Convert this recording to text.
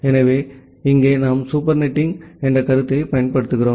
எனவே இங்கே நாம் சூப்பர்நெட்டிங் என்ற கருத்தைப் பயன்படுத்துகிறோம்